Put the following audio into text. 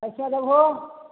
कैसे देबहो